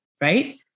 right